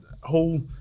whole